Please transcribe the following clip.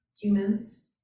humans